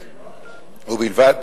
ובלבד,